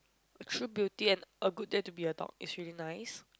true beauty and a good day to be a dog is really nice